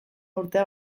urtea